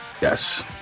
Yes